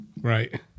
Right